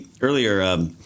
earlier